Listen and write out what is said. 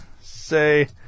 say